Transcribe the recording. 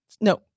No